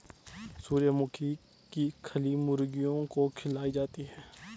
सूर्यमुखी की खली मुर्गी को खिलाई जाती है